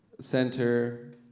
center